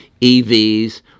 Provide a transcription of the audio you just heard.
EVs